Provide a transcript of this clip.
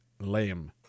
Lame